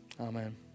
Amen